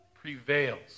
prevails